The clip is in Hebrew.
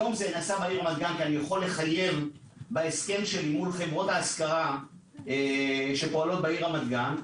אני יכול לחייב בהסכם שלי מול חברות ההשכרה שפועלות ברמת גן,